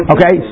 Okay